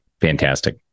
Fantastic